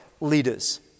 leaders